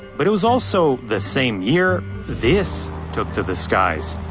but it was also the same year this took to the skies.